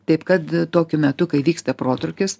taip kad tokiu metu kai vyksta protrūkis